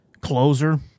closer